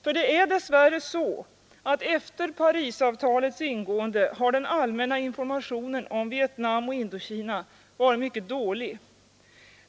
För det är dess värre så att efter Parisavtalets ingående har den allmänna informationen om Vietnam och Indokina varit mycket dålig.